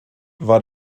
war